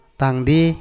tangdi